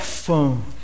Phone